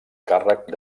càrrec